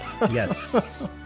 Yes